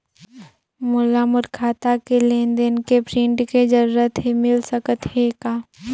मोला मोर खाता के लेन देन के प्रिंट के जरूरत हे मिल सकत हे का?